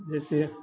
जैसे